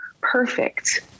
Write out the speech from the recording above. perfect